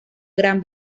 gran